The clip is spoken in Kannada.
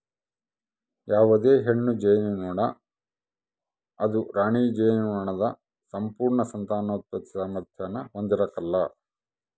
ಯಾವುದೇ ಹೆಣ್ಣು ಜೇನುನೊಣ ಅದು ರಾಣಿ ಜೇನುನೊಣದ ಸಂಪೂರ್ಣ ಸಂತಾನೋತ್ಪತ್ತಿ ಸಾಮಾರ್ಥ್ಯಾನ ಹೊಂದಿರಕಲ್ಲ